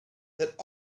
that